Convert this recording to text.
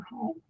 home